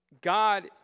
God